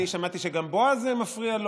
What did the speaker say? שמעתי שגם לבועז זה מפריע,